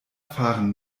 fahren